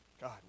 God